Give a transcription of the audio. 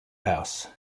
house